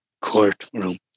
courtroom